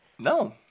No